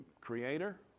creator